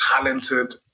talented